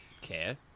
care